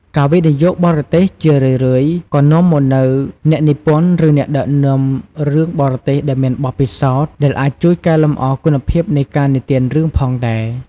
ការវិនិយោគបរទេសជារឿយៗក៏នាំមកនូវអ្នកនិពន្ធ ឬអ្នកដឹកនាំរឿងបរទេសដែលមានបទពិសោធន៍ ដែលអាចជួយកែលម្អគុណភាពនៃការនិទានរឿងផងដែរ។